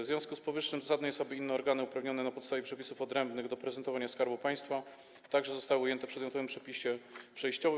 W związku z powyższym zasadne jest, aby inne organy uprawnione na podstawie przepisów odrębnych do reprezentowania Skarbu Państwa także zostały ujęte w przedmiotowym przepisie przejściowym.